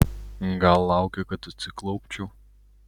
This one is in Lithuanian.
gal laukia kad atsiklaupčiau